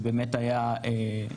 זו באמת היתה בעיה,